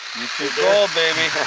gold, baby!